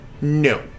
No